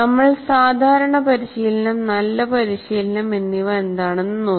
നമ്മൾ സാധാരണ പരിശീലനം നല്ല പരിശീലനം എന്നിവ എന്താണെന്നു നോക്കി